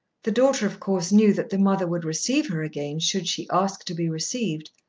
the daughter of course knew that the mother would receive her again should she ask to be received.